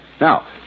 Now